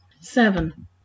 Seven